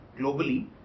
globally